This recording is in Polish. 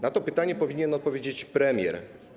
Na to pytanie powinien odpowiedzieć premier.